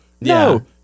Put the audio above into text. no